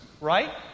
right